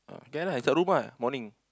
ya lah kat rumah morning